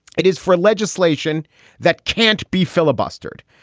it is for legislation that can't be filibustered.